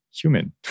human